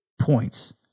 Points